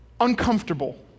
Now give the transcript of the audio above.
uncomfortable